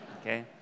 okay